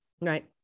Right